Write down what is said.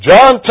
John